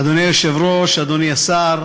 אדוני היושב-ראש, אדוני השר,